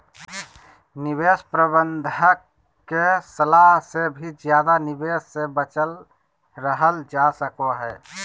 निवेश प्रबंधक के सलाह से भी ज्यादा निवेश से बचल रहल जा सको हय